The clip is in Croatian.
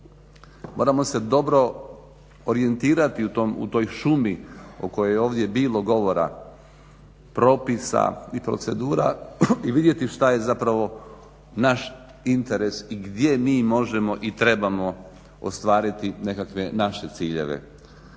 moramo se dobro orijentirati u toj šumi u kojoj je ovdje bilo govora, propisa i procedura i vidjeti šta je zapravo naš interes i gdje mi možemo i trebamo ostvariti nekakve naše ciljeve.